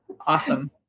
Awesome